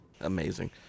Amazing